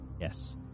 yes